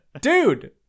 Dude